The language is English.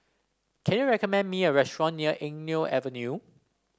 can you recommend me a restaurant near Eng Neo Avenue